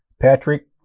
Patrick